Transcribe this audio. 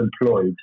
employed